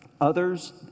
Others